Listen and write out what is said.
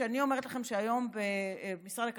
ואני אומרת לכם שהיום במשרד הכלכלה,